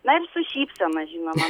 na ir su šypsena žinoma